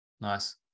Nice